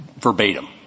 verbatim